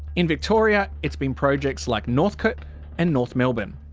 in victoria, it's been projects like northcote and north melbourne.